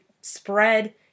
spread